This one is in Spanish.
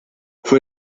fue